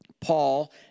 Paul